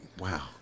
Wow